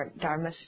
Dharma